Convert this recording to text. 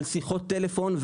על שיחות טלפון,